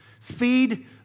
feed